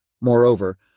Moreover